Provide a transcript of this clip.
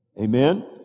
Amen